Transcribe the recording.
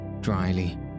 dryly